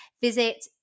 Visit